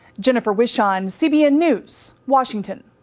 jennifer wish, ah i'm cbn news, washington.